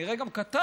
כנראה גם כתב,